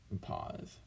pause